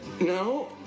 No